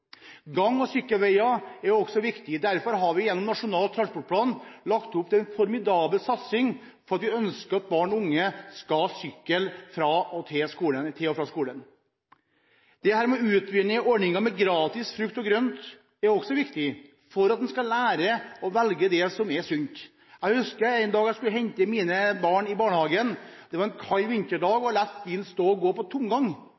Gang- og sykkelveier er også viktige. Derfor har vi gjennom Nasjonal transportplan lagt opp til en formidabel satsing, for vi ønsker at barn og unge skal sykle til og fra skolen. Å utvide ordningen med gratis frukt og grønt er også viktig, også for at man skal lære å velge det som er sunt. Jeg husker en dag jeg skulle hente mine barn i barnehagen. Det var en kald vinterdag, og jeg lot bilen stå på tomgang.